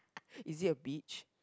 it is a beach